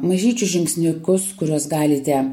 mažyčius žingsniukus kuriuos galite